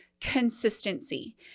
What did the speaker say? consistency